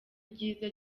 ryiza